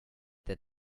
that